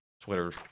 Twitter